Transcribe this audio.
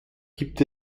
gibt